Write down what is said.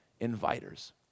inviters